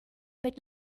mit